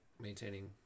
maintaining